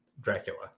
Dracula